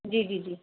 जी जी जी